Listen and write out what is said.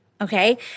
okay